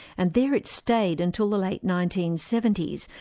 and there it stayed until the late nineteen seventy s,